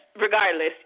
regardless